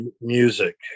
music